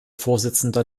vorsitzender